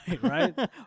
right